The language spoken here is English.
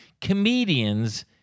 comedians